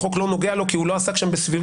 החוק לא נוגע לו כי הוא לא עסק שם בסבירות